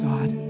God